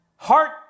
Heart